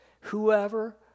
Whoever